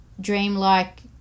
dreamlike